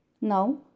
Now